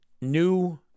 new